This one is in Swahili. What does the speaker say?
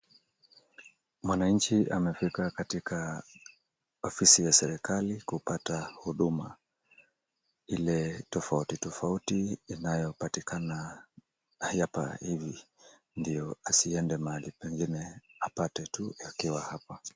Mwananchi amefika katika ofisi ya serikali kupata huduma ile tofauti tofauti inayopatikana hapa hivi ndio asiende mahali pengine, apate tu akiwa hapa.